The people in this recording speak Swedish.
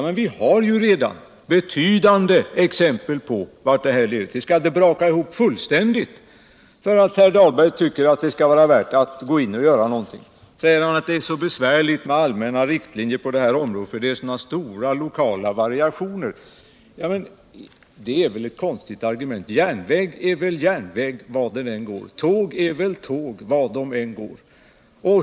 Men vi har ju redan fått exempel på vart det leder. Skall det braka ihop fullständigt för att herr Dahlberg skall inse att det är värt att göra någonting? Han säger att det är så besvärligt med allmänna riktlinjer, det är stora lokala variationer. Det var ett konstigt argument. Järnväg är väl järnväg var den än går. Tåg är väl tåg var de än rullar.